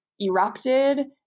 erupted